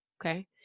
Okay